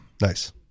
Nice